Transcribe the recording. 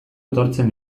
etortzen